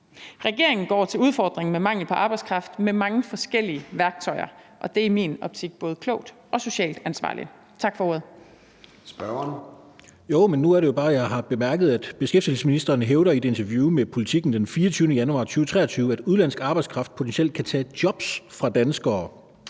Regeringen går til udfordringen med mangel på arbejdskraft med mange forskellige værktøjer, og det er i min optik både klogt og socialt ansvarligt. Tak for ordet. Kl. 14:03 Formanden (Søren Gade): Spørgeren. Kl. 14:03 Steffen Larsen (LA): Men nu er det jo bare sådan, at jeg har bemærket, at beskæftigelsesministeren i et interview med Politiken den 24. januar 2023 hævder, at udenlandsk arbejdskraft potentielt kan tage jobs fra danskere.